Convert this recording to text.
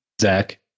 Zach